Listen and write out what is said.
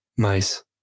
Mice